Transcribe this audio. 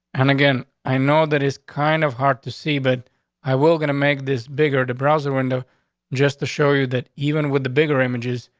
and again, i know that is kind of hard to see, but i will gonna make this bigger the browser window just to show you that even with the bigger images,